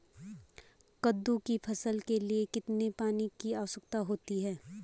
कद्दू की फसल के लिए कितने पानी की आवश्यकता होती है?